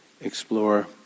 explore